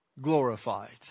glorified